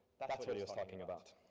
that's what he was talking about.